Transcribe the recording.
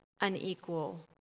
unequal